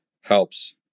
helps